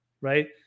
right